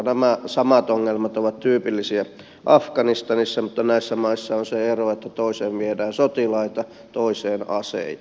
nämä samat ongelmat ovat tyypillisiä afganistanissa mutta näissä maissa on se ero että toiseen viedään sotilaita toiseen aseita